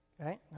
Okay